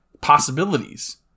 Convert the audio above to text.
possibilities